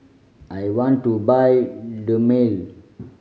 I want to buy Dermale